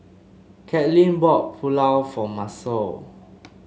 Katelin bought Pulao for Macel